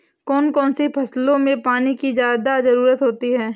कौन कौन सी फसलों में पानी की ज्यादा ज़रुरत होती है?